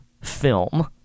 film